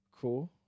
Cool